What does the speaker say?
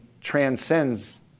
transcends